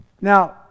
Now